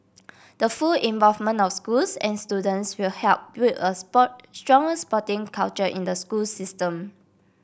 the full involvement of schools and students will help build a sport stronger sporting culture in the school system